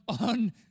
on